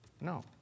no